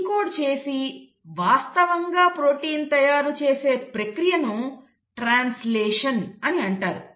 decode చేసి వాస్తవంగా protein తయారు చేసే ప్రక్రియను ట్రాన్స్లేషన్ అని అంటారు